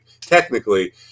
technically